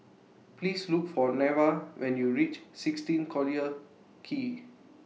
Please Look For Neva when YOU REACH sixteen Collyer Quay